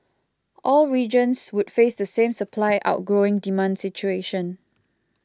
all regions would face the same supply outgrowing demand situation